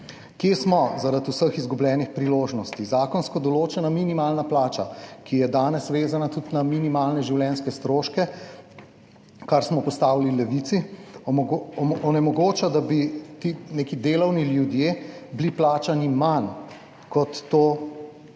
Kje smo zaradi vseh izgubljenih priložnosti? Zakonsko določena minimalna plača, ki je danes vezana tudi na minimalne življenjske stroške, kar smo postavili v Levici onemogoča, da bi ti neki delovni ljudje bili plačani manj, kot to